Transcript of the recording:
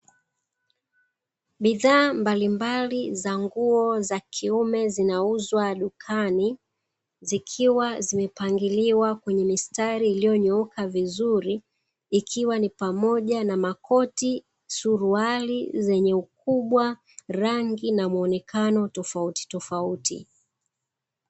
Bidhaa mbalimbali za nguo za kiume zinauzwa dukani, zikiwa zimepangiliwa kwenye mistari iliyonyooka vizuri, ikiwa ni pamoja na makoti, suruali zenye ukubwa, rangi na muonekano tofautitofauti.